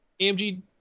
amg